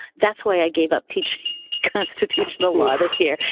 that's why i gave up teaching constitutional law this year.